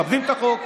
מכבדים את החוק,